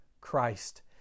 Christ